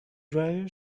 dryer